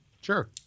Sure